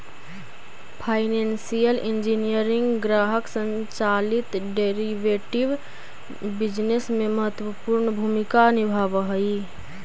financial engineering ग्राहक संचालित derivative business में महत्वपूर्ण भूमिका निभावऽ हई